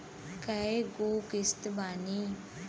कय गो किस्त बानी?